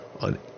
on